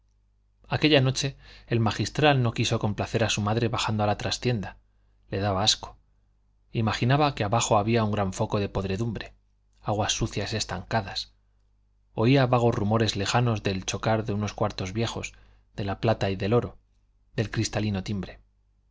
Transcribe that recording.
aquella noche el magistral no quiso complacer a su madre bajando a la trastienda le daba asco imaginaba que abajo había un gran foco de podredumbre aguas sucias estancadas oía vagos rumores lejanos del chocar de los cuartos viejos de la plata y del oro de cristalino timbre